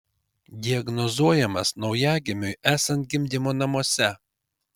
diagnozuojamas naujagimiui esant gimdymo namuose